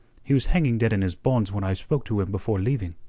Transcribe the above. he was hanging dead in his bonds when i spoke to him before leaving.